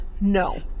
no